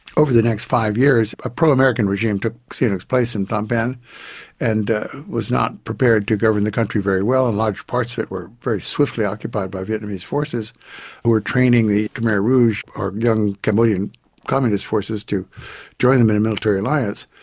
over the next five years, a pro-american regime took sihanouk's place in phnom penh and it was not prepared to govern the country very well and large parts of it were very swiftly occupied by vietnamese forces who were training the khmer rouge or young cambodian communist forces, to join them in a military alliance.